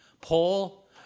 Paul